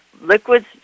Liquids